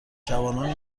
جوانان